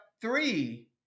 three